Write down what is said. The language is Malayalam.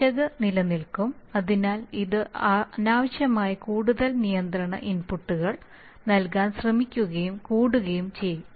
പിശക് നിലനിൽക്കും അതിനാൽ ഇത് അനാവശ്യമായി കൂടുതൽ നിയന്ത്രണ ഇൻപുട്ട് നൽകാൻ ശ്രമിക്കുകയും കൂടുകയും ചെയ്യും